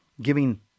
giving